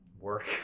work